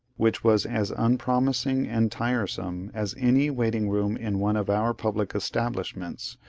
which was as unpromising and tiresome as any waiting-room in one of our public establishments,